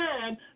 time